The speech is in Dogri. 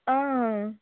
हां